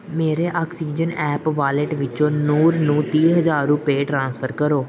ਮੇਰੇ Oxygen app wallet ਵਿੱਚੋਂ ਨੂਰ ਨੂੰ ਤੀਹ ਹਜ਼ਾਰ ਰੁਪਏ ਟ੍ਰਾਂਸਫਰ ਕਰੋ